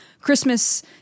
Christmas